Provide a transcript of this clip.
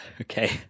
Okay